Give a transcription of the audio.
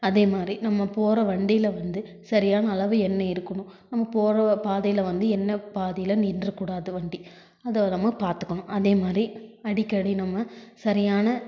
அதேமாதிரி நம்ம போகற வண்டியில வந்து சரியான அளவு எண்ணெய் இருக்கணும் நம்ம போகற பாதையில் வந்து எண்ணெய் பாதியில நின்ற கூடாது வண்டி அதை நம்ம பார்த்துக்குணும் அதேமாதிரி அடிக்கடி நம்ம சரியான